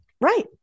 Right